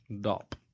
Dop